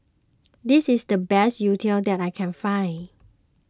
this is the best Youtiao that I can find